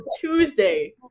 Tuesday